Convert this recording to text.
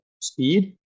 speed